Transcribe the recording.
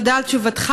תודה על תשובתך,